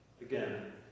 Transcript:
again